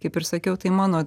kaip ir sakiau tai mano